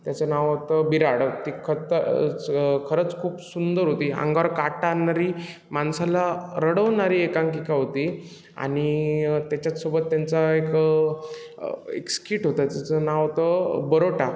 त्याचं नाव होतं बिराड ती खत च खरंच खूप सुंदर होती अंगावर काटा आणणारी माणसाला रडवणारी एकांकिका होती आणि त्याच्याचसोबत त्यांचा एक एक स्किट होता त्याचं नाव होतं बरोटा